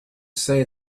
say